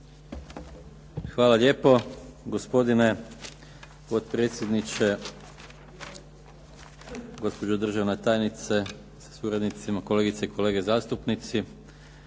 Hvala lijepo gospodine potpredsjedniče, gospođo državna tajnice sa suradnicima, kolegice i kolege zastupnici.